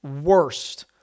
worst